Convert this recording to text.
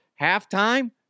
halftime